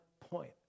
point